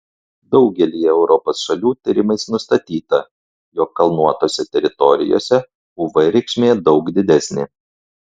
daugelyje europos šalių tyrimais nustatyta jog kalnuotose teritorijose uv reikšmė daug didesnė